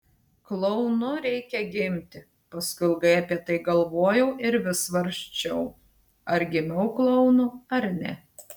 klounu reikia gimti paskui ilgai apie tai galvojau ir vis svarsčiau ar gimiau klounu ar ne